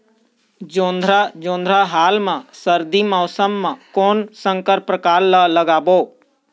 जोंधरा जोन्धरा हाल मा बर सर्दी मौसम कोन संकर परकार लगाबो?